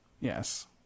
Yes